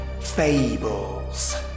fables